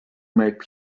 make